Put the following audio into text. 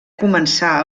començà